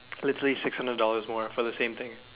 literally six hundred dollars more for the same thing